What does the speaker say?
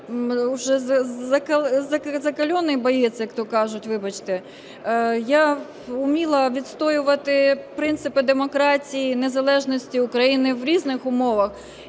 я уже "закаленный боец", як то кажуть, вибачте. Я вміла відстоювати принципи демократії незалежності України в різних умовах.